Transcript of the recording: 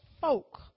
folk